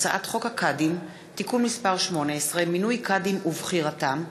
הצעת חוק הקאדים (תיקון מס' 18) (מינוי קאדים ובחירתם),